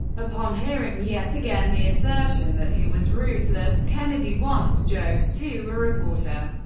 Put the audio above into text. upon hearing yet again the assertion that he was ruthless, kennedy once joked to a reporter,